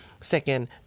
Second